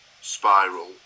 spiral